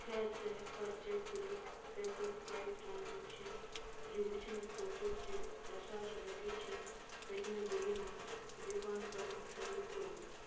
کیٛاہ ژٕ ہیٚکہٕ کھاہ چیک کٔرِتھ پیٚپَر فرٛاے ٹرٛانزیٚکشن یہِ ؤچھنہٕ خٲطرٕ چھِ ترٛےٚ ساس رۄپیہِ چھِکھ پٔتۍمہِ ؤری منٛز رِفنڈ کرُن شروٗع کوٚرمُت؟